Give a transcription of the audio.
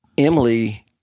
Emily